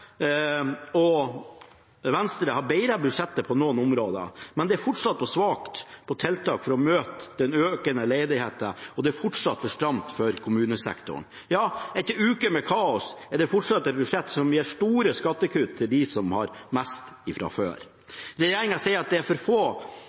og Venstre har forbedret budsjettet på noen områder. Men det er fortsatt for svakt på tiltak for å møte den økende ledigheten, og det er fortsatt for stramt for kommunesektoren. Ja, etter uker med kaos er det fortsatt et budsjett som gir store skattekutt til dem som har mest fra før.